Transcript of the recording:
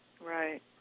Right